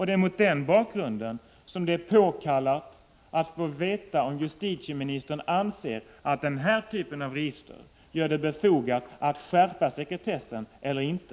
Det är mot denna bakgrund som det är påkallat att få veta om justitieministern anser att den här typen av register gör det befogat att skärpa sekretessen eller inte.